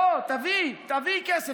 לא, תביאי, תביאי כסף.